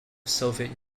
soviet